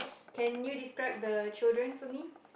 can you describe the children for me